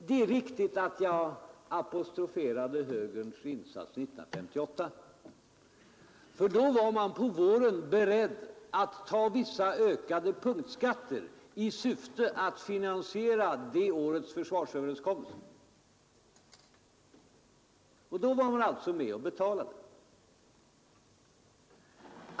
Det är riktigt att jag apostroferade högerns insats år 1958. Då var man på våren beredd att ta vissa ökade punktskatter i syfte att finansiera det årets försvarsöverenskommelse. Då var högern med och ville betala.